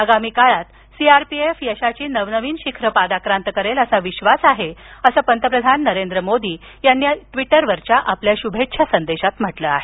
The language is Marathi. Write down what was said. आगामी काळात सीआरपीएफ यशाची नवनवीन शिखरे पादाक्रांत करेल असा विश्वास आहे असे पंतप्रधान नरेंद्र मोदी यांनी आपल्या ट्विटरवरील शुभेच्छा संदेशात म्हटले आहे